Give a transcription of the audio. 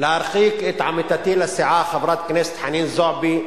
להרחיק את עמיתתי לסיעה, חברת הכנסת חנין זועבי,